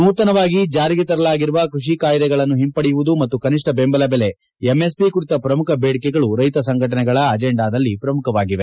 ನೂತನವಾಗಿ ಜಾರಿಗೆ ತರಲಾಗಿರುವ ಕೃಷಿ ಕಾಯಿದೆಗಳು ಹಿಂಪಡೆಯುವುದು ಮತ್ತು ಕನಿಷ್ಟ ಬೆಂಬಲ ಬೆಲೆ ಎಂಎಸ್ಪಿ ಕುರಿತ ಪ್ರಮುಖ ಬೇಡಿಕೆಗಳು ರೈತ ಸಂಘಟನೆಗಳ ಅಜೆಂಡಾದಲ್ಲಿ ಪ್ರಮುಖವಾಗಿವೆ